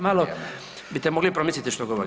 Malo bite mogli promisliti što govorite.